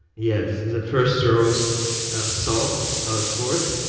yes. the first rows saw how it works.